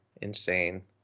Insane